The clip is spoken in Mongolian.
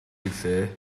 билээ